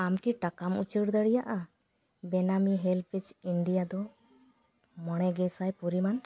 ᱟᱢ ᱠᱤ ᱴᱟᱠᱟᱢ ᱩᱪᱟᱹᱲ ᱫᱟᱲᱮᱭᱟᱜᱼᱟ ᱵᱮᱱᱟᱢᱤ ᱦᱮᱞᱯᱮᱡᱽ ᱤᱱᱰᱤᱭᱟ ᱫᱚ ᱢᱚᱬᱮ ᱜᱮᱥᱟᱭ ᱯᱚᱨᱤᱢᱟᱱ